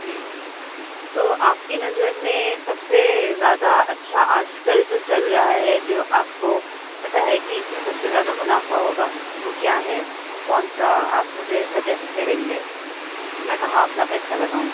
جی تو آپ کی نظر میں سب سے زیادہ اچھا آج کل جو چل رہا ہے جو آپ کو پتا ہے کہ اس میں سب سے زیادہ منافع ہوگا وہ کیا ہے کون سا آپ مجھے سجیسٹ کریں گے میں کہاں اپنا پیسہ لگاؤں